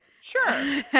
Sure